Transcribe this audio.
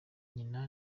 nyina